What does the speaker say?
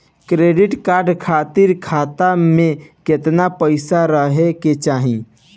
Credit card खातिर खाता में केतना पइसा रहे के चाही?